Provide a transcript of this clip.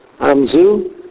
amzu